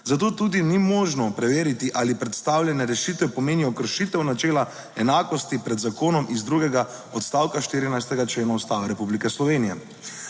zato tudi ni možno preveriti ali predstavljene rešitve pomenijo kršitev načela enakosti pred zakonom iz drugega odstavka 14. člena Ustave Republike Slovenije.